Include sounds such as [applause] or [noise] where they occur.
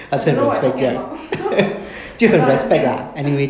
I don't know what you talking about [laughs] I cannot understand lah